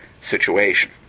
situation